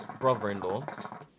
brother-in-law